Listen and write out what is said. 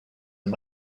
and